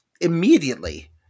immediately